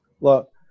Look